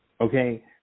okay